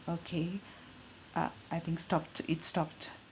okay ah I think stopped it stopped